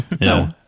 no